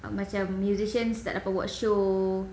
macam musicians tak dapat buat shows